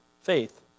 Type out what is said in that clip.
faith